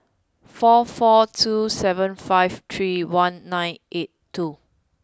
four four two seven five three one nine eight two